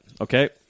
Okay